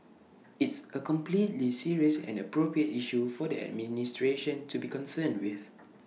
it's A completely serious and appropriate issue for the administration to be concerned with